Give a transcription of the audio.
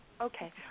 Okay